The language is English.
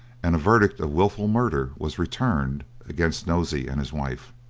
and a verdict of wilful murder was returned against nosey and his wife.